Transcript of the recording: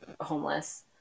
homeless